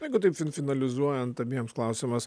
jeigu taip fin finalizuojant abiems klausimas